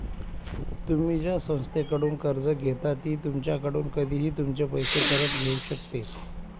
तुम्ही ज्या संस्थेकडून कर्ज घेता ती तुमच्याकडून कधीही तुमचे पैसे परत घेऊ शकते